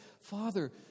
father